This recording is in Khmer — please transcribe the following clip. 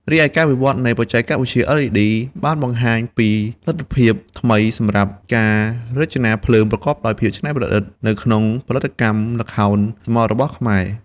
ការអាប់ដេតប្រព័ន្ធ LED ឡើងគឺដើម្បីចង់បង្ហាញពីសកម្មភាពនៃការសម្តែងឲ្យឃើញស្រមោលរបស់ល្ខោនខោស្បែកតូចនិងធំកាន់តែច្បាស់ពីការរចនាយ៉ាងស្មុគស្មាញ។